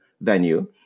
venue